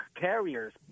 carriers